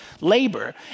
labor